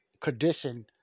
condition